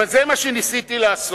אבל זה מה שניסיתי לעשות.